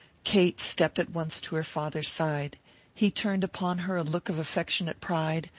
kate stepped at once to her father's side he turned upon her a look of affectionate pride,